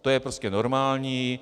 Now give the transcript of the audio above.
To je prostě normální.